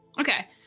Okay